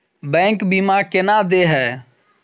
Bank बीमा केना देय है?